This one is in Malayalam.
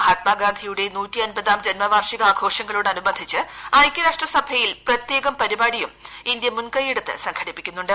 മഹാത്മുഴഗാന്ധിയുടെ ആഘോഷങ്ങളോടനുബന്ധിച്ച് ഐകൃരാഷ്ട്രസഭയിൽ പ്രത്യേക പരിപാടിയും ഇന്ത്യ മുൻകൈയെടുത്ത് സംഘടിപ്പിക്കുന്നുണ്ട്